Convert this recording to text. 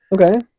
Okay